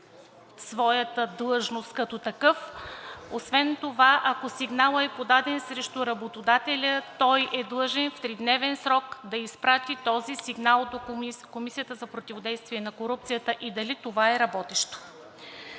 своята длъжност като такъв. Освен това, ако сигналът е подаден срещу работодателя, той е длъжен в тридневен срок да изпрати този сигнал до Комисията за противодействие на корупцията и дали това е работещо?